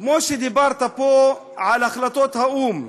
כמו שדיברת פה על החלטות האו"ם,